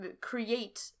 create